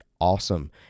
awesome